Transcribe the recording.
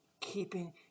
keeping